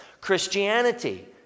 Christianity